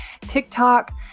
TikTok